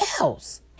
else